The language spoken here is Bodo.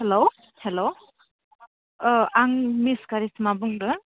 हेल्ल' अ आं मिस करिसमा बुंदों